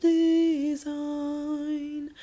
design